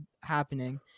happening